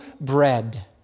bread